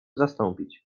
zastąpić